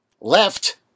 left